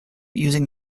using